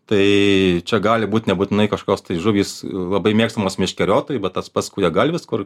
tai čia gali būt nebūtinai kažkokios tai žuvys labai mėgstamos meškeriotojų bet tas pats kūjagalvis kur